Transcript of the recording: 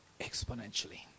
exponentially